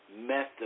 method